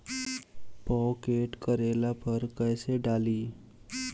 Pocket करेला पर कैसे डाली?